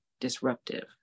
disruptive